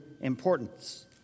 importance